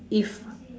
if